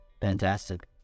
Fantastic